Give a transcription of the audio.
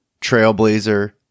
trailblazer